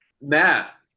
matt